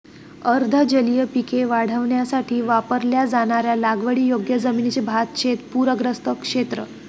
अर्ध जलीय पिके वाढवण्यासाठी वापरल्या जाणाऱ्या लागवडीयोग्य जमिनीचे भातशेत पूरग्रस्त क्षेत्र